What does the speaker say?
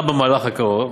גם במהלך הקרוב